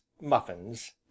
muffins